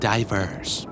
Diverse